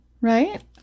right